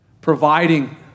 Providing